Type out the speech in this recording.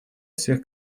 всех